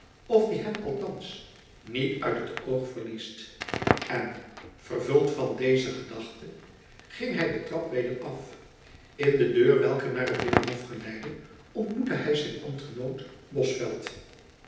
of die hem althands niet uit het oog verliest en vervuld van deze gedachte ging hy jacob van lennep elizabeth musch den trap weder af in de deur welke naar t binnenhof geleidde ontmoette hy zijn ambtgenoot